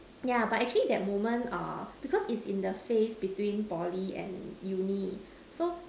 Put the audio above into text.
yeah but actually that moment err because it's in the phase between Poly and uni so